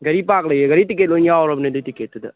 ꯒꯥꯔꯤ ꯄꯥꯔꯛ ꯂꯩꯌꯦ ꯒꯥꯔꯤ ꯇꯤꯛꯀꯦꯠ ꯂꯣꯏ ꯌꯥꯎꯔꯕꯅꯦ ꯑꯗꯨꯏ ꯇꯤꯛꯀꯦꯠꯇꯨꯗ